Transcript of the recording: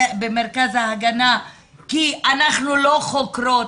במרכז ההגנה כי אנחנו חוקרות,